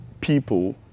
people